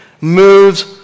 moves